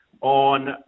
on